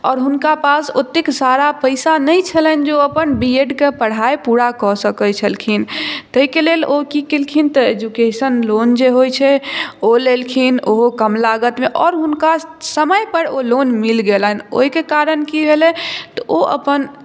आओर हुनका पास ओतेक सारा पैसा नहि छलनि जे ओ अपन बी एड के पढ़ाई पूरा कऽ सकै छलखिन ताहिके लेल ओ की केलखिन तऽ एजुकेशन लोन जे होइ छै ओ लेलखिन ओहो कम लागतमे आओर हुनका समय पर ओ लोन मिल गेलनि ओहिके कारण की भेलै तऽ ओ अपन